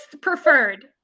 preferred